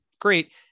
great